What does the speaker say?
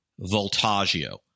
Voltaggio